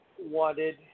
wanted